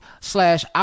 slash